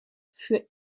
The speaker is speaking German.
für